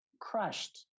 Crushed